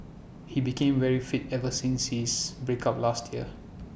he became very fit ever since his break up last year